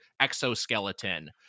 exoskeleton